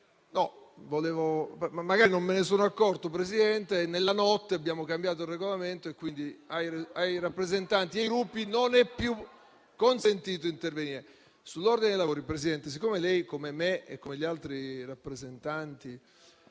Magari non me ne sono accorto e nella notte abbiamo cambiato il Regolamento, e quindi ai rappresentanti dei Gruppi non è più consentito intervenire. Signor Presidente, siccome lei, come me e come gli altri Presidenti